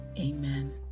Amen